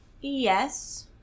Yes